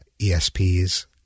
ESPs